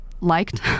liked